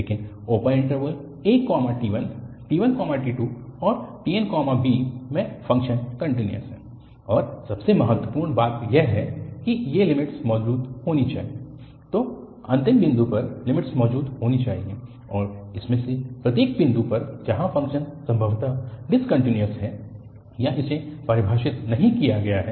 लेकिन open interval at1 t1t2 औरtnb में फ़ंक्शन कन्टिन्यूअस है और सबसे महत्वपूर्ण बात यह है कि ये लिमिट्स मौजूद होनी चाहिए तो अंत बिंदु पर लिमिट मौजूद होनी चाहिए और इनमें से प्रत्येक बिंदु पर जहाँ फ़ंक्शन संभवतः डिसकन्टिन्यूअस है या इसे परिभाषित नहीं किया गया है